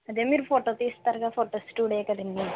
అదే మీరు ఫోటో తీస్తారు కదా ఫోటో స్టూడియో కదండీ